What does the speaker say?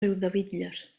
riudebitlles